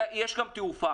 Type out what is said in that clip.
ויש גם תעופה.